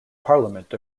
parliament